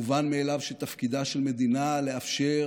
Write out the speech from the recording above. מובן מאליו שתפקידה של מדינה לאפשר